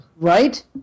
Right